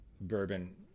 bourbon